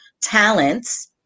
talents